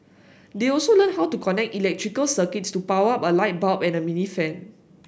they also learnt how to connect electrical circuits to power up a light bulb and a mini fan